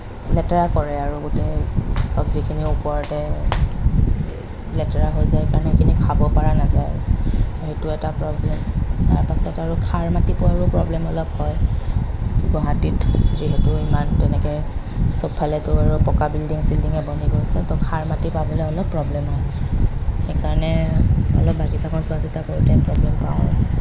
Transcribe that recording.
লেতেৰা কৰে আৰু গোটেই চব্জিখিনিৰ ওপৰতে লেতেৰা হৈ যায় কাৰণে সেইখিনি খাব পৰা নাযায় আৰু সেইটো এটা প্ৰৱ্লেম তাৰপিছত আৰু সাৰ মাটিৰ পোৱাৰো প্ৰব্লেম অলপ হয় গুৱাহাটীত যিহেতু ইমান তেনেকৈ চবফালেতো আৰু পকা বিল্ডিং চিল্ডিঙই বনী গৈছে তৌ সাৰ মাটি পাবলৈ অলপ প্ৰব্লেম হয় সেইকাৰণে অলপ বাগিছাখন চোৱাচিতা কৰোঁতে প্ৰব্লেম পাওঁ